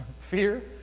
Fear